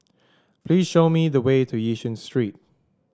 please show me the way to Yishun Street